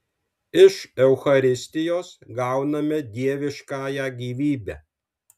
iš eucharistijos gauname dieviškąją gyvybę